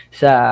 sa